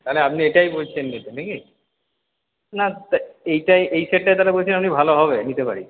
তাহলে আপনি এটাই বলছেন নিতে নাকি না এটাই এই সেটটাই তাহলে আপনি বলছেন ভালো হবে নিতে পারি